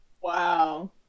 wow